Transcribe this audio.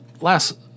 last